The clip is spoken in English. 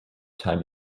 time